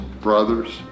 brothers